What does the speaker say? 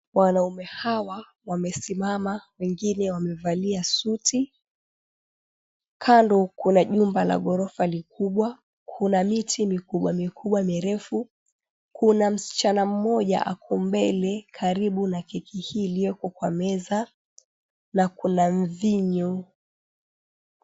Wanaume hawa wamesimama wengine wamevalia suti. Kando kuna jumba la ghorofa likubwa kuna miti mikubwa mikubwa mirefu. Kuna mschana mmoja ako mbele karibu na keki hii ilioko kwa meza na kuna mvinyo.